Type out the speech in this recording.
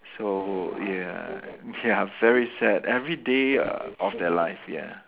so ya ya very sad everyday of their life ya